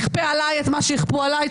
אכפה עליי את מה שיכפו עליי.